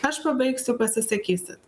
aš pabaigsiu pasisakysit